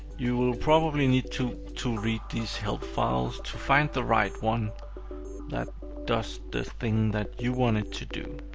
you will probably need to to read these help files to find the right one that does the thing that you want it to do.